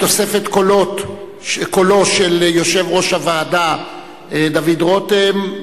בתוספת קולו של יושב-ראש הוועדה דוד רותם,